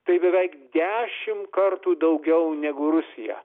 tai beveik dešimt kartų daugiau negu rusija